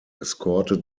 escorted